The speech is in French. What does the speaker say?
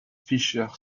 fisher